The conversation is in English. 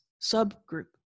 subgroup